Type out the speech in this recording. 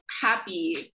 happy